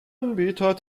anbieter